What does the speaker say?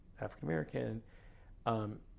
African-American